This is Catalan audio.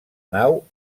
nau